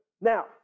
Now